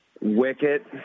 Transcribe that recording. Wicket